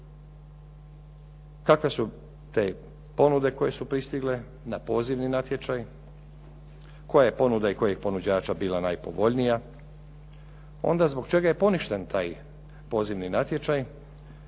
Kakve su te ponude koje su pristigle na pozivni natječaj, koja je ponuda i kojeg ponuđača bila najpovoljnija. Onda zbog čega je poništen taj pozivni natječaj,